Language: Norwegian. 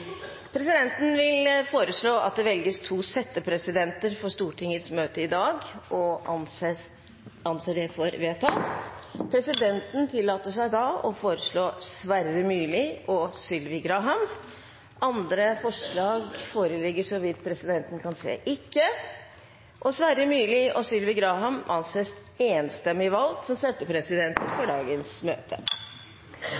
Presidenten vil foreslå at det velges to settepresidenter for Stortingets møte i dag – og anser det som vedtatt. Presidenten vil foreslå Sverre Myrli og Sylvi Graham. – Andre forslag foreligger ikke, og Sverre Myrli og Sylvi Graham anses enstemmig valgt som